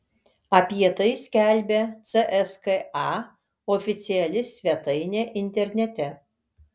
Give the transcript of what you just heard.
apie tai skelbia cska oficiali svetainė internete